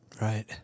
Right